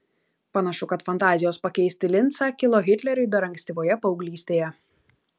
panašu kad fantazijos pakeisti lincą kilo hitleriui dar ankstyvoje paauglystėje